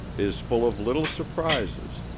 is full of little surprises,